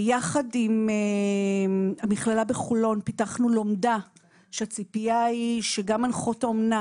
יחד עם המכללה בחולון פיתחנו לומדה שהציפייה היא שגם מנחות אומנה